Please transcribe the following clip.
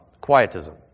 Quietism